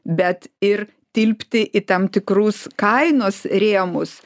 bet ir tilpti į tam tikrus kainos rėmus